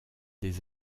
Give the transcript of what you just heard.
des